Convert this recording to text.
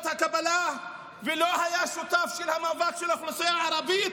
הקבלה ולא היה שותף למאבק של האוכלוסייה הערבית,